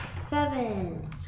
Seven